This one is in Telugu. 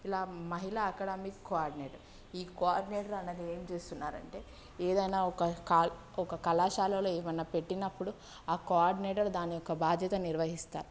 ఇలా మహిళా అకడమిక్ కోఆర్డినేటర్ ఈ కోఆర్డినేటర్ అన్నది ఏం చేస్తున్నారంటే ఏదైనా ఒక కాల్ ఒక కళాశాలలో ఏమన్నా పెట్టినప్పుడు ఆ కోఆర్డినేటర్ దాని యొక్క బాధ్యత నిర్వహిస్తారు